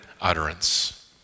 utterance